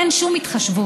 אין שום התחשבות.